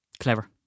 Clever